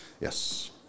Yes